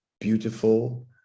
beautiful